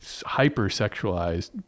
hyper-sexualized